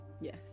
yes